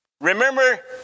Remember